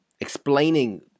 explaining